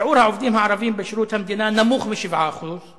שיעור העובדים הערבים בשירות המדינה נמוך מ-7%;